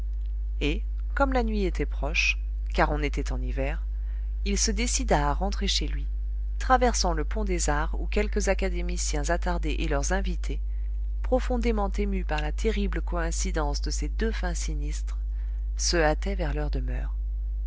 et comme la nuit était proche car on était en hiver il se décida à rentrer chez lui traversant le pont des arts où quelques académiciens attardés et leurs invités profondément émus par la terrible coïncidence de ces deux fins sinistres se hâtaient vers leurs demeures